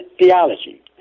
theology